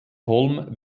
holm